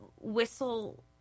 whistle